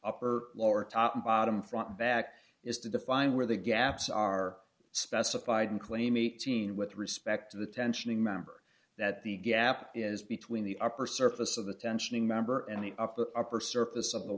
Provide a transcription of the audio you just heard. upper lower top and bottom front back is to define where the gaps are specified and claim eighteen with respect to the tensioning member that the gap is between the upper surface of the tensioning member and up the upper surface of the